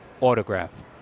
autograph